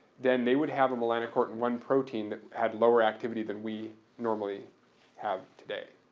then they would have a melanocortin one protein that had lower activity than we normally have today.